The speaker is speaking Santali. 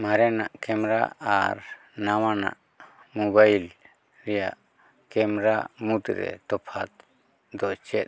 ᱢᱟᱨᱮᱱᱟᱜ ᱠᱮᱢᱮᱨᱟ ᱟᱨ ᱱᱟᱣᱟᱱᱟᱜ ᱢᱳᱵᱟᱭᱤᱞ ᱨᱮᱭᱟᱜ ᱠᱮᱢᱮᱨᱟ ᱢᱩᱫᱽᱨᱮ ᱛᱚᱯᱷᱟᱛ ᱫᱚ ᱪᱮᱫ